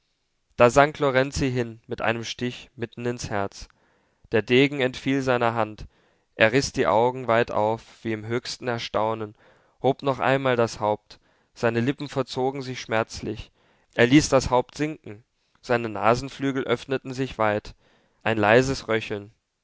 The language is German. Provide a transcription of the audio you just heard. da sank lorenzi hin mit einem stich mitten ins herz der degen entfiel seiner hand er riß die augen weit auf wie im höchsten erstaunen hob noch einmal das haupt seine lippen verzogen sich schmerzlich er ließ das haupt sinken seine nasenflügel öffneten sich weit ein leises röcheln